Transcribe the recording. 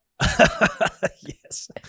Yes